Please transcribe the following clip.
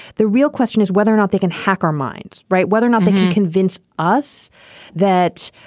the real question is whether or not they can hack our minds, right. whether or not they can convince us that,